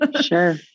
Sure